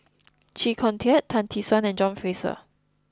Chee Kong Tet Tan Tee Suan and John Fraser